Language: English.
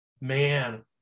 Man